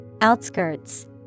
Outskirts